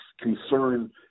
concern